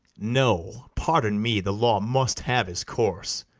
no, pardon me the law must have his course